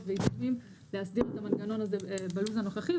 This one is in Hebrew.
להסדיר את המנגנון הזה בלו"ז הנוכחי,